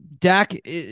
Dak